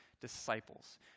Disciples